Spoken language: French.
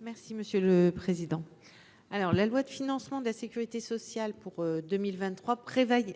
de la commission ? La loi de financement de la sécurité sociale pour 2023